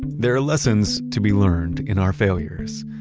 there are lessons to be learned in our failures.